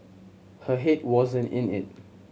her head wasn't in it